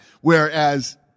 Whereas